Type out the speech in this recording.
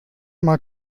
mal